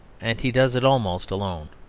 and he does it almost alone.